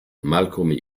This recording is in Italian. malcolm